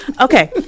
Okay